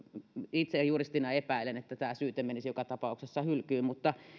itse juristina epäilen että tämä syyte menisi joka tapauksessa hylkyyn mutta